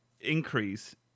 increase